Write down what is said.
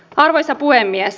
arvoisa puhemies